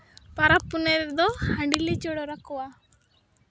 ᱯᱟᱨᱟᱵᱽ ᱯᱩᱱᱟᱹᱭ ᱨᱮᱫᱚ ᱦᱟᱺᱰᱤ ᱞᱮ ᱡᱚᱰᱚᱨᱟᱠᱚᱣᱟ